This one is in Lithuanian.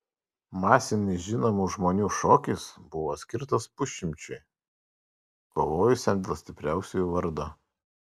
masinis žinomų žmonių šokis buvo skirtas pusšimčiui kovojusiam dėl stipriausiųjų vardo